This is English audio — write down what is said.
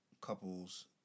couples